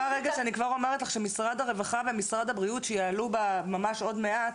אומרת לך שמשרד הרווחה ומשרד הבריאות שיעלו ממש עוד מעט,